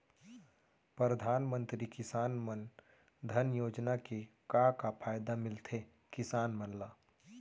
परधानमंतरी किसान मन धन योजना के का का फायदा मिलथे किसान मन ला?